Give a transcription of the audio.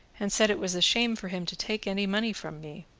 and said it was a shame for him to take any money from me.